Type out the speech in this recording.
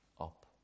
up